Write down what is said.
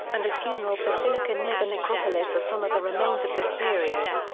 and a funeral basilica near the necropolis are some of the remains of this period.